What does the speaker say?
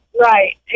Right